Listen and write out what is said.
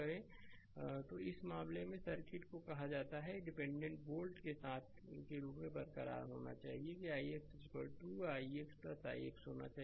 slide समय देखें 2141 तो इस मामले में कि सर्किट को कहा जाता है कि डिपेंडेंट वोल्ट के साथ के रूप में बरकरार होना चाहिए कि ix है ix ix ix होना चाहिए